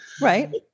right